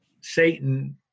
Satan